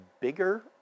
bigger